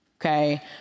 Okay